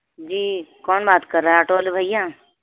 جی کون بات کر رہا ہے آٹو والے بھیا